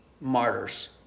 Martyrs